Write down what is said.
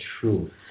truth